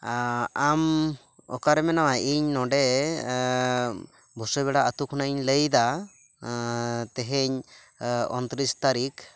ᱟᱢ ᱚᱠᱟᱨᱮ ᱢᱮᱱᱟᱢᱟ ᱤᱧ ᱱᱚᱸᱰᱮ ᱵᱷᱩᱥᱟᱹᱵᱮᱲᱟ ᱟᱛᱳ ᱠᱷᱚᱱᱟᱧ ᱞᱟᱹᱭᱫᱟ ᱛᱮᱦᱮᱧ ᱩᱱᱛᱨᱤᱥ ᱛᱟᱨᱤᱠᱷ